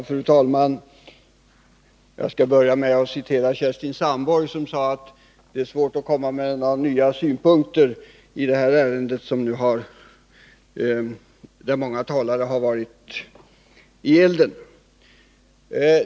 Fru talman! Jag börjar med att, som Kerstin Sandborg, säga att det är svårt att komma med några nya synpunkter i ett ärende där många talare har varit i elden.